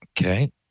Okay